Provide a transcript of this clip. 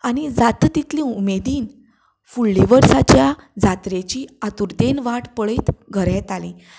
आनी जाता तितले उमेदीन फुडले वर्साच्या जात्रेची आतुरतेंत वाट पळयत घरा येतालीं